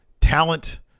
talent